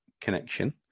connection